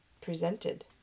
presented